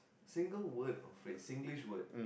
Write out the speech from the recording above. single word of a Singlish word